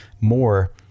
more